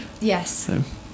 Yes